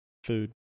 food